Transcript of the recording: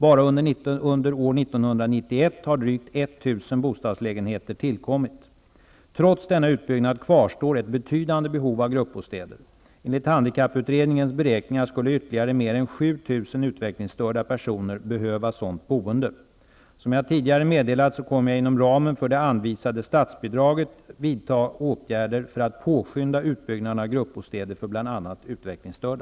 Bara under år 1991 har drygt 1 000 Trots denna utbyggnad kvarstår ett betydande behov av gruppbostäder. Enligt handikapputredningens beräkningar skulle ytterligare mer än 7 000 utvecklingsstörda personer behöva sådant boende. Som jag tidigare meddelat kommer jag att inom ramen för det anvisade statsbidraget vidta åtgärder för att påskynda utbyggnaden av gruppbostäder för bl.a. utvecklingsstörda.